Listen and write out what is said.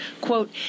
Quote